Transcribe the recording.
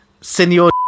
Signor